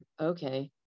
okay